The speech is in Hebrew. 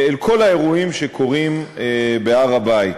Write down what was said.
מכל האירועים שקורים בהר-הבית.